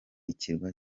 ikirwa